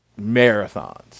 marathons